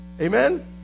Amen